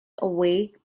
awake